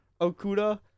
Okuda